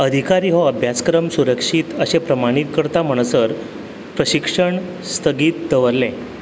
अधिकारी हो अभ्यासक्रम सुरक्षीत अशें प्रमाणीत करता म्हणसर प्रशिक्षण स्थगीत दवरलें